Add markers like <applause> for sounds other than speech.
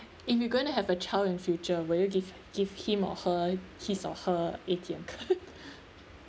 if you going to have a child in future will you give give him or her his or her A_T_M card <laughs>